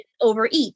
overeat